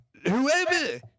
whoever